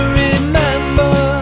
remember